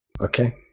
Okay